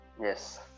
Yes